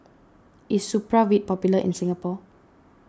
is Supravit popular in Singapore